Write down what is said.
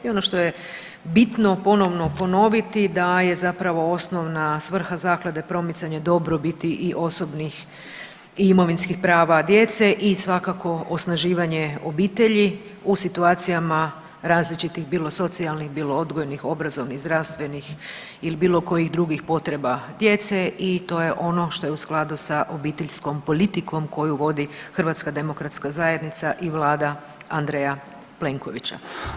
I ono što je bitno ponovno ponoviti da je osnovna svrha zaklade promicanje dobrobiti i osobnih i imovinskih prava djece i svakako osnaživanje obitelji u situacijama različitih bilo socijalnih, bilo odgojnih, obrazovnih, zdravstvenih ili bilo kojih drugih potreba djece i to je ono što je u skladu sa obiteljskom politikom koju vodi HDZ i vlada Andreja Plenkovića.